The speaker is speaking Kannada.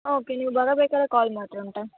ಓಕೆ ನೀವು ಬರಬೇಕಾದರೆ ಕಾಲ್ ಮಾಡ್ತೀವಿ ಒಂದು ಟೈಮ್